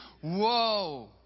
Whoa